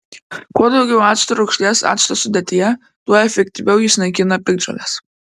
kuo daugiau acto rūgšties acto sudėtyje tuo efektyviau jis naikina piktžoles